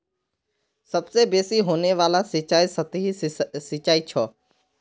सबसे बेसि होने वाला सिंचाई सतही सिंचाई छ